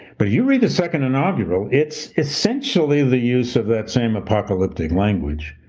but you read the second inaugural, it's essentially the use of that same apocalyptic language.